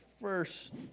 first